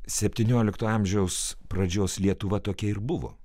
septyniolikto amžiaus pradžios lietuva tokia ir buvo